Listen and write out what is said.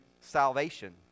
salvation